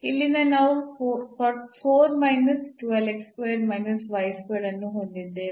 ಇಲ್ಲಿಂದ ನಾವು ಅನ್ನು ಹೊಂದಿದ್ದೇವೆ